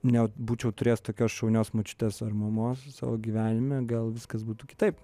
nebūčiau turėjęs tokios šaunios močiutės ar mamos savo gyvenime gal viskas būtų kitaip